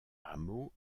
hameau